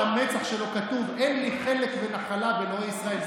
על המצח שלו כתוב: אין לי חלק ונחלה באלוהי ישראל.